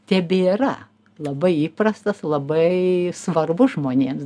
tebėra labai įprastas labai svarbus žmonėms